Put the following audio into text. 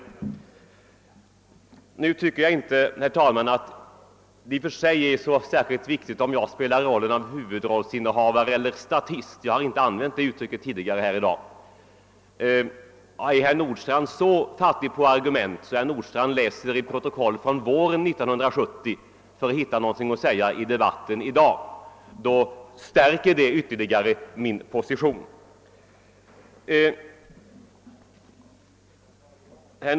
Jag tycker inte, herr talman, att det i och för sig är särskilt viktigt om jag är huvudrollsinnehavare eller statist — jag har för övrigt inte använt det uttrycket tidigare i dag. är herr Nordstrandh så fattig på argument att han måste läsa ur ett protokoll från våren 1970 för att hitta någonting att säga i dag, stärker det ytterligare min position.